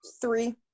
Three